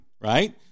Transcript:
right